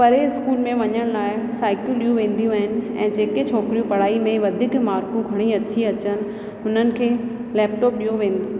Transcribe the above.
परे स्कूल में वञण लाइ साइकलूं ॾिनियूं वेंदियूं आहिनि ऐं जेके छोकिरियूं पढ़ाई में वधीक मार्कूं खणी थी अचनि हुननि खे लैपटॉप ॾियो वेंदो